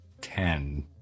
Ten